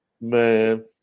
man